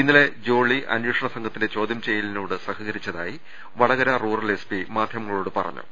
ഇന്നലെ ജോളി അന്വേഷണ സംഘത്തിന്റെ ചോദൃം ചെയ്യലിനോട് സഹകരി ച്ചതായി വടകര റൂറൽ എസ്പി മാധ്യമങ്ങളോട് പറഞ്ഞു